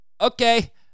okay